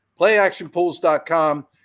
Playactionpools.com